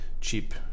cheap